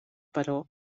però